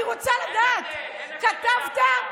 אני רוצה לדעת, כתבת?